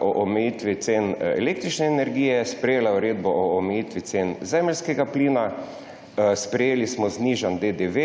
omejitvi cen električne energije, sprejela je uredbo o omejitvi cen zemeljskega plina, sprejeli smo znižan DDV,